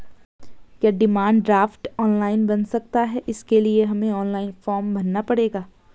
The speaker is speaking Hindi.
क्या डिमांड ड्राफ्ट ऑनलाइन बन सकता है इसके लिए हमें ऑनलाइन फॉर्म भरना पड़ेगा?